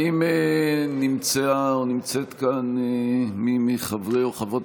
בעד האם נמצאים כאן מי מחברי או חברות